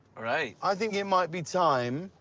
right. i think it might be time